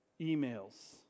emails